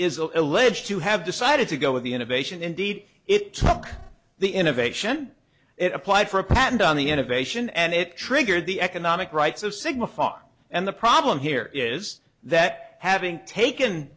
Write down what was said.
is alleged to have decided to go with the innovation indeed it took the innovation it applied for a patent on the innovation and it triggered the economic rights of signify and the problem here is that having taken